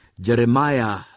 jeremiah